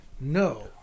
no